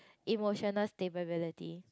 emotional stability